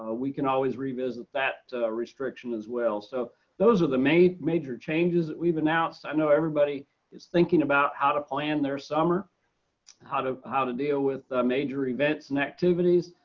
ah we can always revisit that restriction as well so those are the main major changes that we've announced. i know everybody is thinking about how to plan their summer how do how to deal with major events and activities.